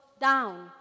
down